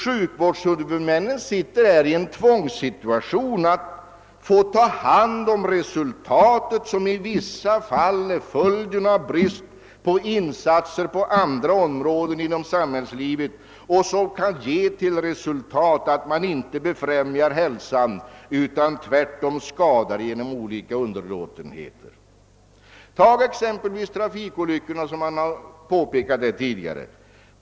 Sjukvårdens huvudmän befinner sig i en tvångssituation och får ta hand om sådana fall som ofta är följden av bristande insatser på andra områden inom samhällslivet, brister som kan medföra ett befrämjande av ohälsa och skador genom underlåtenhetssynder av olika slag. Se till exempel på trafikolyckorna.